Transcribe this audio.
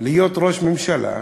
להיות ראש ממשלה: